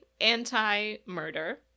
anti-murder